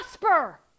prosper